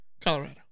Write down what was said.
Colorado